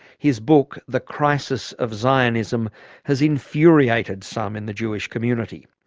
his book the crisis of zionism has infuriated some in the jewish community.